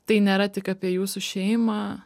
tai nėra tik apie jūsų šeimą